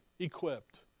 Equipped